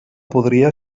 podria